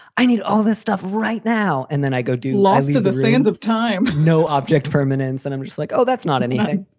i need all this stuff right now. and then i go do lozzi of the zillions of time, no object permanence. and i'm just like, oh, that's not anything.